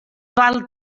val